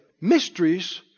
mysteries